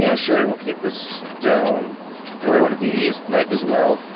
yeah sure. we'll keep this stone put away one of these, knife as well.